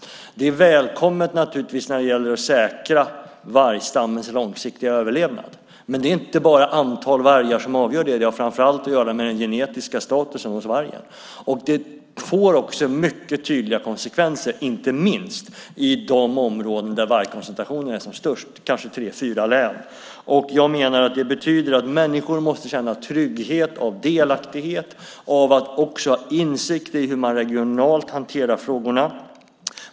Det är naturligtvis välkommet när det gäller att säkra vargstammens långsiktiga överlevnad, men det är inte bara antal vargar som avgör det. Det har framför allt att göra med den genetiska statusen hos vargen. Det får också mycket tydliga konsekvenser, inte minst i de områden där vargkoncentrationen är som störst, kanske tre fyra län. Jag menar att det betyder att människor måste känna trygghet och delaktighet och också ha insikt i hur man regionalt hanterar frågorna.